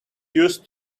used